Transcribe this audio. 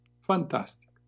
fantastic